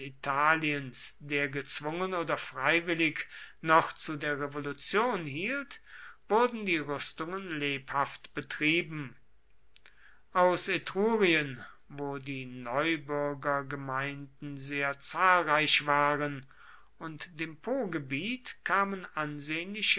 italiens der gezwungen oder freiwillig noch zu der revolution hielt wurden die rüstungen lebhaft betrieben aus etrurien wo die neubürgergemeinden sehr zahlreich waren und dem pogebiet kamen ansehnliche